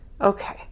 Okay